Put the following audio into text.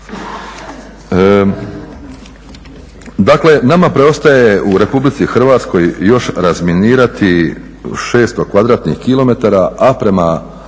Dakle, nama preostaje u Republici Hrvatskoj još razminirati 600 kvadratnih kilometara, a prema